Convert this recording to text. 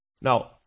Now